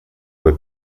were